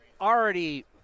already